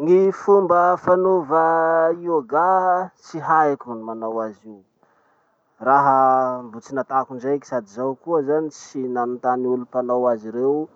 Gny fomba fanova yoga, tsy haiko ny manao azy io. Raha mbo tsy natako indraiky sady zaho koa zany tsy nanotany olo mpanao azy reo.